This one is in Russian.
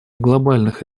глобальных